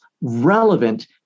relevant